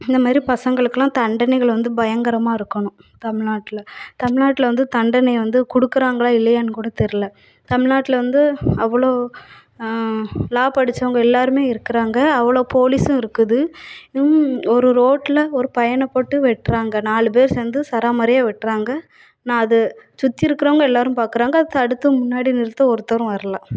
இந்த மாதிரி பசங்களுக்கெலாம் தண்டனைகள் வந்து பயங்கரமாக இருக்கணும் தமில்நாட்டில் தமிழ்நாட்ல வந்து தண்டனையை வந்து கொடுக்குறாங்களா இல்லையான்னு கூட தெரில தமில்நாட்டில் வந்து அவ்வளோ லா படிச்சவங்க எல்லோருமே இருக்கிறாங்க அவ்வளோ போலீஸும் இருக்குது ஒரு ரோட்டில் ஒரு பையனை போட்டு வெட்டுறாங்க நாலு பேர் சேர்ந்து சராமாரியாக வெட்டுறாங்க நான் அது சுற்றி இருக்கிறவங்க எல்லோரும் பார்க்குறாங்க அதை தடுத்து முன்னாடி நிறுத்த ஒருத்தரும் வர்லை